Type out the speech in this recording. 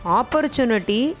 opportunity